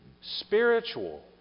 spiritual